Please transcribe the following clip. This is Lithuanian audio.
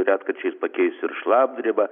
retkarčiais pakeis ir šlapdriba